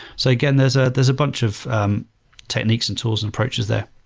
so again, there's ah there's a bunch of techniques and tools and approaches there.